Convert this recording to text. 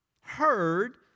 heard